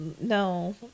no